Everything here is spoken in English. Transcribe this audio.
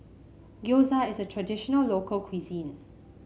gyoza is a traditional local cuisine